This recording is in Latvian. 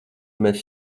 mēs